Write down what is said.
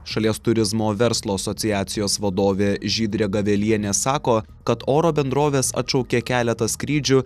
šalies turizmo verslo asociacijos vadovė žydrė gavelienė sako kad oro bendrovės atšaukė keletą skrydžių